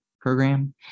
program